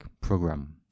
program